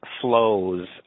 flows